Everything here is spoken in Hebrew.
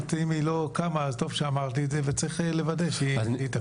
ואם היא לא קמה אז טוב שאמרת לי וצריך לוודא שהיא תקום.